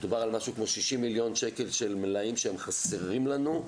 מדובר על משהו כמו 60 מיליון שקלים של מלאים שחסרים לנו.